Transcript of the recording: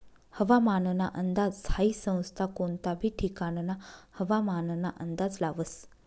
हवामानना अंदाज हाई संस्था कोनता बी ठिकानना हवामानना अंदाज लावस